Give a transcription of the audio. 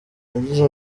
yagize